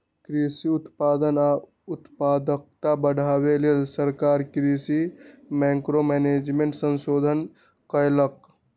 कृषि उत्पादन आ उत्पादकता बढ़ाबे लेल सरकार कृषि मैंक्रो मैनेजमेंट संशोधन कएलक